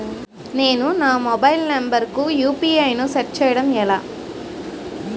నేను నా mobile number కుయు.పి.ఐ ను సెట్ చేయడం ఎలా?